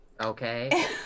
Okay